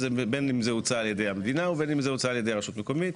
בין אם זה הוצא על ידי המדינה ובין אם זה הוצא על ידי הרשות המקומית.